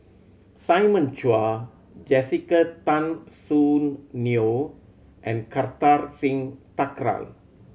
Simon Chua Jessica Tan Soon Neo and Kartar Singh Thakral